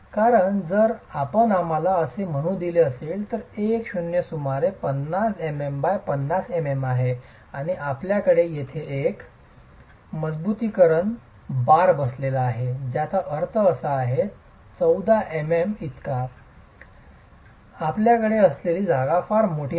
कारण जर आपण आम्हाला असे म्हणू दिले असेल तर एक शून्य सुमारे 50 mm x 50 mm आहे आणि आपल्याकडे तेथे एक मजबुतीकरण बार बसलेला आहे ज्याचा अर्थ असा आहे 14 mm किंवा इतका आपल्याकडे असलेली जागा फार मोठी नाही